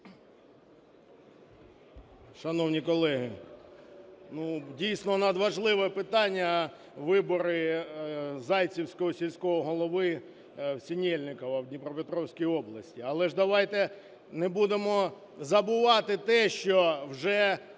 Шановні колеги, дійсно надважливе питання – вибори Зайцівського сільського голови в Синельниковому в Дніпропетровській області. Але ж давайте не будемо забувати те, що вже